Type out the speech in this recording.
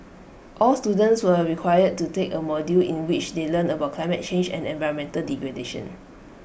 all students were required to take A module in which they learn about climate change and environmental degradation